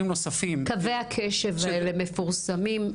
נוספים --- קווי הקשב האלה מפורסמים?